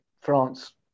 France